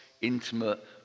intimate